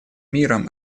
миром